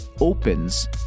opens